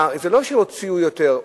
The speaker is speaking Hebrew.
זה לא שהוציאו יותר,